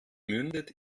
mündet